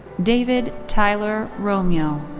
david tyler romeu.